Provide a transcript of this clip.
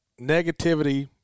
negativity